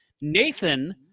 Nathan